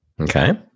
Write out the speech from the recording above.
Okay